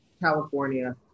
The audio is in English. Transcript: California